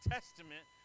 Testament